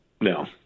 No